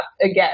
again